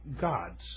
gods